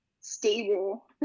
stable